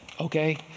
Okay